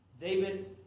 David